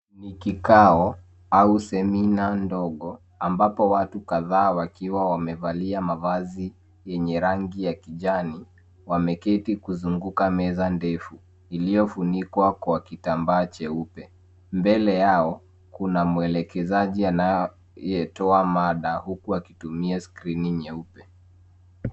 Ni kikao au semina ndogo ambapo watu kadhaa wakiwa wamevalia mavazi yenye rangi ya kijani wameketi kuzunguka meza ndefu iliyofunikwa kwa kitambaa cheupe. Bbele yao kuna mwelekezaji anayetoa mada huku akitumia skrini nyeupe.